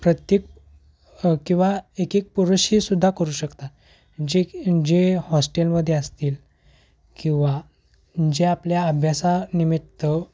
प्रत्येक किंवा एक एक पुरुषेसुद्धा करू शकतात जे जे हॉस्टेलमध्ये असतील किंवा जे आपल्या अभ्यासानिमित्त